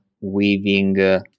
weaving